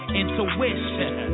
intuition